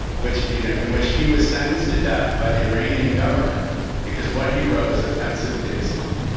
which, you know, in which he was sentenced to death by the iranian government because what he wrote was offensive to islam,